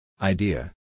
Idea